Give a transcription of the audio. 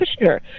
Kushner